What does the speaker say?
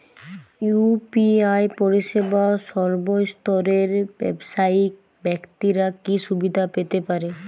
UPI পরিসেবা সর্বস্তরের ব্যাবসায়িক ব্যাক্তিরা কি সুবিধা পেতে পারে?